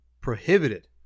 prohibited